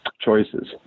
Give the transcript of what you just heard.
choices